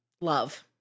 love